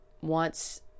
wants